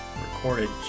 recorded